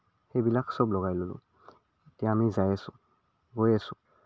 সেইবিলাক চব লগাই ল'লোঁ এতিয়া আমি যাই আছো গৈ আছো